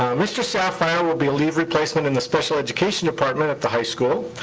mr. sapphire will be a leave replacement in the special education department at the high school.